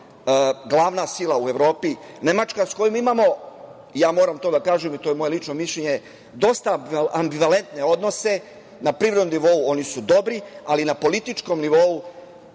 glavna sila u Evropi, Nemačka, sa kojom imamo, ja moram to da kažem, to je moje lično mišljenje, dosta ambivalentne odnose. Na privrednom nivou oni su dobri, ali na političkom nivou